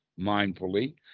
mindfully